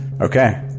Okay